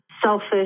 Selfish